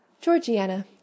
georgiana